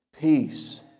Peace